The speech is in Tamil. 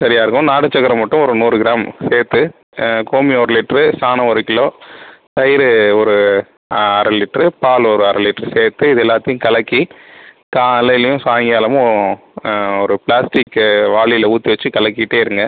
சரியாக இருக்கும் நாட்டுச் சக்கரை மட்டும் ஒரு நூறு கிராம் சேர்த்து கோமியம் ஒரு லிட்ரு சாணம் ஒரு கிலோ தயிர் ஒரு அரை லிட்ரு பால் ஒரு அரை லிட்ரு சேர்த்து இது எல்லாத்தையும் கலக்கி காலையிலேயும் சாயுங்காலமும் ஒரு பிளாஸ்டிக்கு வாளியில ஊற்றி வச்சு கலக்கிட்டே இருங்கள்